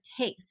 taste